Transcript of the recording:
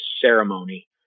ceremony